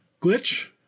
glitch